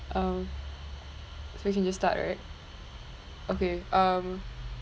um so I can just start right okay um